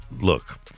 look